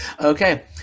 Okay